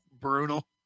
Brutal